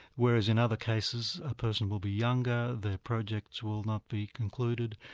whereas in other cases, a person will be younger, their projects will not be concluded,